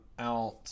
out